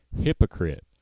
Hypocrite